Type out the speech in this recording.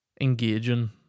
engaging